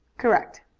correct.